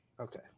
okay